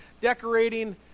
decorating